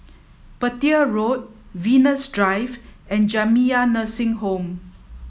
Petir Road Venus Drive and Jamiyah Nursing Home